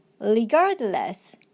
regardless